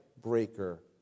breaker